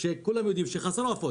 שכולם יודעים שחסר עופות.